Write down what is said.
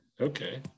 Okay